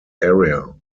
area